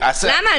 למה?